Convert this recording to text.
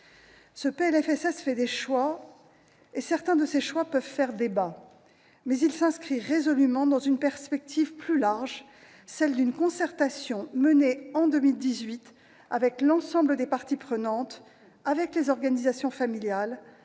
Ce PLFSS fait des choix, dont certains peuvent faire débat, mais il s'inscrit résolument dans la perspective plus large d'une concertation menée en 2018 avec l'ensemble des parties prenantes, avec les organisations familiales,